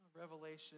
Revelation